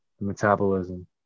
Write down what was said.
metabolism